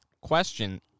question